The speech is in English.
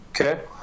Okay